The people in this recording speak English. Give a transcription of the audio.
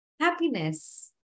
happiness